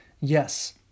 Yes